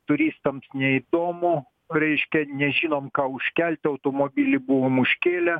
turistams neįdomu reiškia nežinom ką užkelt automobilį buvome užkėlę